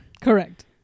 correct